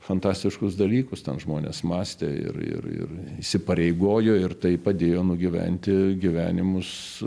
fantastiškus dalykus ten žmonės mąstė ir ir ir įsipareigojo ir tai padėjo nugyventi gyvenimus